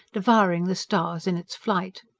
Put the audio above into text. devouring the stars in its flight.